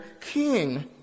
king